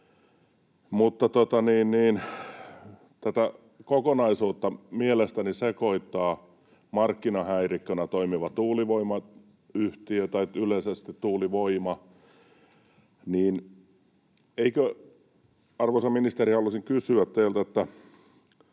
tätä kokonaisuutta mielestäni sekoittaa markkinahäirikkönä toimiva tuulivoimayhtiö — tai yleisesti tuulivoima. Arvoisa ministeri, haluaisin kysyä teiltä: